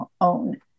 own